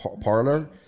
parlor